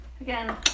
Again